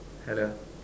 hello